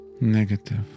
negative